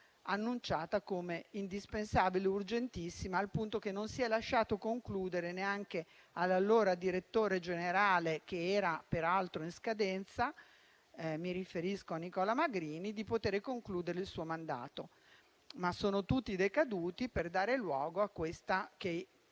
annunciata come indispensabile e urgentissima al punto che non si è lasciato neanche concludere all'allora direttore generale, che era peraltro in scadenza - mi riferisco a Nicola Magrini - il suo mandato. Sono tutti decaduti per dare luogo a questa che